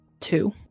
Two